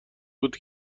بود